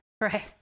right